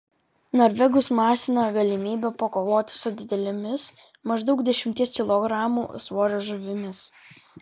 norvegus masina galimybė pakovoti su didelėmis maždaug dešimties kilogramų svorio žuvimis